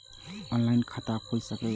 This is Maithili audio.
ऑनलाईन खाता खुल सके ये?